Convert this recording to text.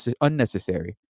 unnecessary